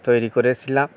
তৈরি করেছিলাম